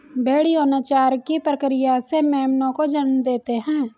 भ़ेड़ यौनाचार की प्रक्रिया से मेमनों को जन्म देते हैं